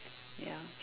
ya